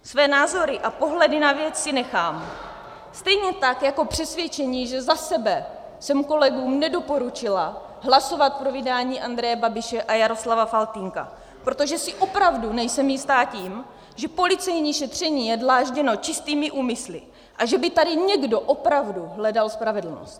Své názory a pohledy na věc si nechám, stejně tak jako přesvědčení, že za sebe jsem kolegům nedoporučila hlasovat pro vydání Andreje Babiše a Jaroslava Faltýnka, protože si opravdu nejsem jistá tím, že policejní šetření je dlážděno čistými úmysly a že by tady někdo opravdu hledal spravedlnost.